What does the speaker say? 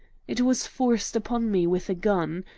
it was forced upon me with a gun.